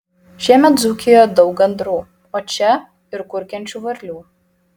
šiemet dzūkijoje daug gandrų o čia ir kurkiančių varlių